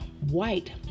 white